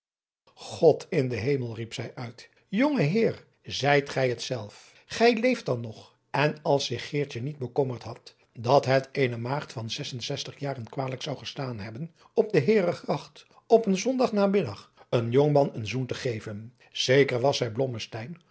god in den hemel riep zij uit jonge heer zijt gij het zelf gij leeft dan nog en als zich geertje niet bekommerd had dat het eene maagd van zesenzestig jaren kwalijk zou gestaan hebben op de heeregracht op een zondag namiddag een jongman een zoen te geven zeker was zij